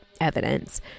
evidence